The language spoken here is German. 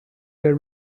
der